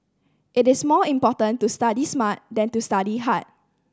it is more important to study smart than to study hard